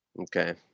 okay